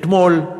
אתמול,